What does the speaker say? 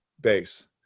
base